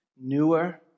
newer